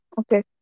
Okay